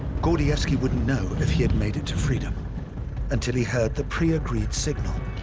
gordievsky wouldn't know if he had made it to freedom until he heard the pre-agreed signal.